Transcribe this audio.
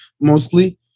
mostly